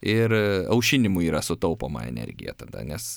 ir aušinimui yra sutaupoma energija tada nes